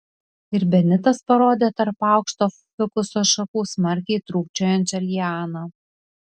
ir benitas parodė tarp aukšto fikuso šakų smarkiai trūkčiojančią lianą